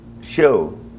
show